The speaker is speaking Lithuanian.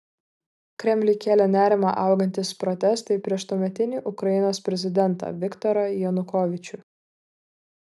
kremliui kėlė nerimą augantys protestai prieš tuometinį ukrainos prezidentą viktorą janukovyčių